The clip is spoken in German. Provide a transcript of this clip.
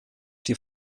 die